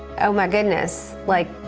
oh, my goodness. like,